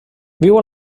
viu